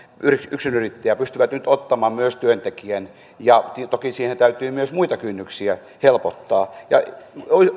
yksinyrittäjää pystyvät nyt ottamaan myös työntekijän toki sitä varten täytyy myös muita kynnyksiä helpottaa ja